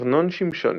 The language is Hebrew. ארנון שמשוני,